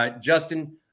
Justin